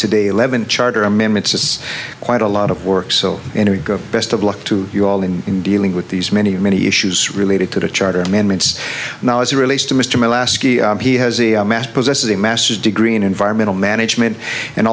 today eleven charter amendments quite a lot of work so in a best of luck to you all in dealing with these many many issues related to the charter amendments now as it relates to mr he has a mass possesses a master's degree in environmental management and